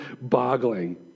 boggling